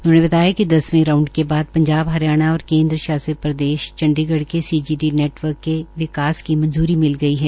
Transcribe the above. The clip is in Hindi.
उन्होंने बताया कि दसवें राउंड के बाद पंजाब हरियाणा और केन्द्र शासित प्रदेश चंडीगढ़ के सीजीडी नेटवर्क के विकास की मंजूरी मिल गई है